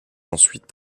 ensuite